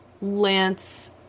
Lance